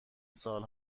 سال